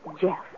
Jeff